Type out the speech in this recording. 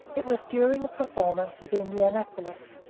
it was during a performance at indianapolis,